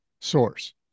source